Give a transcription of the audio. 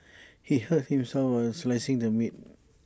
he hurt himself while slicing the meat